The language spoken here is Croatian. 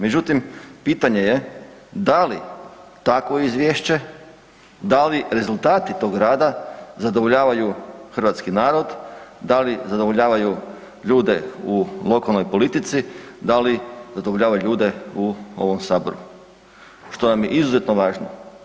Međutim, pitanje je da li takvo izvješće, da li rezultati takvog rada zadovoljavaju hrvatski narod, da li zadovoljavaju ljude u lokalnoj politici, da li zadovoljavaju ljude u ovom Saboru što nam je izuzetno važno?